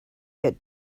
get